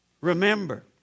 Remember